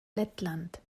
lettland